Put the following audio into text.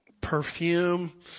perfume